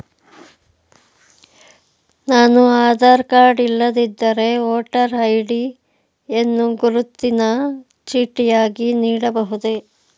ನಾನು ಆಧಾರ ಕಾರ್ಡ್ ಇಲ್ಲದಿದ್ದರೆ voter ID ಯನ್ನು ಗುರುತಿನ ಚೀಟಿಯಾಗಿ ನೀಡಬಹುದೇ?